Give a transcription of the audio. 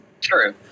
True